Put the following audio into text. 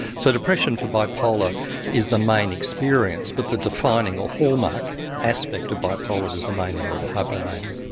so depression for bipolar is the main experience but the defining or hallmark aspect of bipolar is the mania or the hypomania.